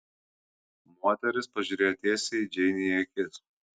moteris pažiūrėjo tiesiai džeinei į akis